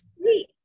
sweet